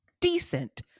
decent